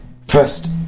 First